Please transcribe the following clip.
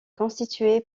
constituée